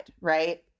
right